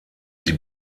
die